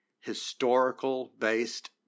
historical-based